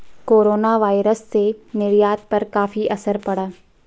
coronavirus से निर्यात पर काफी असर पड़ा